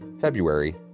february